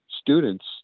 students